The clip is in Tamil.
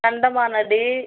கண்டமானடி